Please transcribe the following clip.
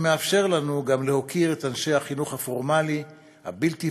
שמאפשר לנו גם להוקיר את אנשי החינוך הפורמלי והבלתי-פורמלי